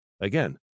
Again